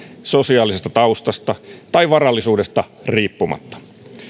sosiaalisesta taustasta tai varallisuudesta riippumatta